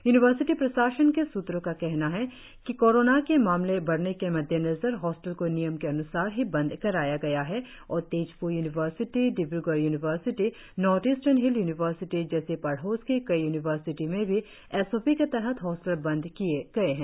university प्रशासन के सूत्रों का कहना है कि कोरोना के मामले बढ़ने के मद्देनजर हॉस्टल को नियम के अन्सार ही बंद कराया गया है और Tezpur university Dibrugarh university northeastern hill university जैसी पड़ोस की कई यूनिवर्सिटी में भी एस ओ पी के तहत हॉस्टल बंद किए गए हैं